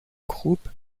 groupe